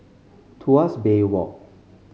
Tuas Bay Walk